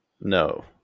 No